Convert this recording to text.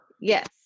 Yes